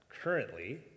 currently